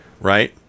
Right